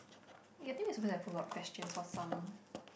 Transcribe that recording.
you think we're supposed to have follow up questions for some